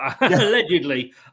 allegedly